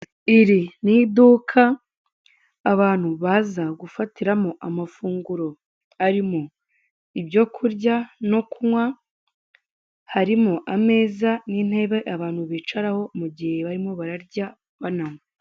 Iri n'iduka, abantu baza gufatiramo amafunguro, arimo ibyo kurya no kunywa harimo, ameza n'intebe abantu bicaraho mugihe, barimo bararya bananywa.